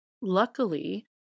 luckily